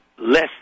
less